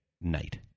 night